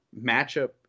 matchup